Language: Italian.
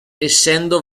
essendo